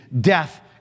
death